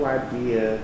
idea